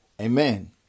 Amen